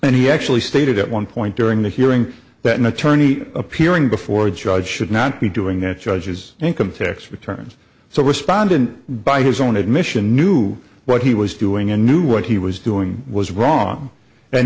and he actually stated at one point during the hearing that an attorney appearing before a judge should not be doing that judge's income tax returns so respondent by his own admission knew what he was doing and knew what he was doing was wrong and